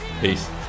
Peace